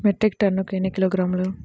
Metric టన్నుకు ఎన్ని కిలోగ్రాములు?